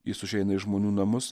jis užeina į žmonių namus